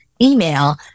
email